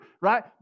right